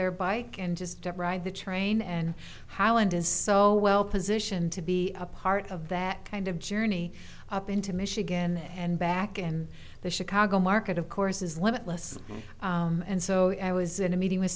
their bike and just to ride the train and howland is so well positioned to be a part of that kind of journey up into michigan and back in the chicago market of course is limitless and so i was in a meeting with